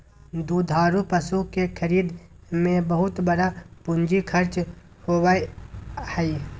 दुधारू पशु के खरीद में बहुत बड़ा पूंजी खर्च होबय हइ